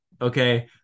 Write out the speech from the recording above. okay